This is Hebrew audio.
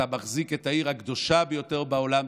אתה מחזיק את העיר הקדושה ביותר בעולם.